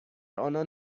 آنان